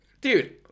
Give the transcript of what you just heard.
Dude